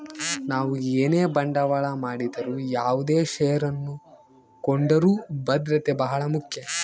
ನಾವು ಏನೇ ಬಂಡವಾಳ ಮಾಡಿದರು ಯಾವುದೇ ಷೇರನ್ನು ಕೊಂಡರೂ ಭದ್ರತೆ ಬಹಳ ಮುಖ್ಯ